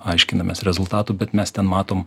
aiškinamės rezultatų bet mes ten matom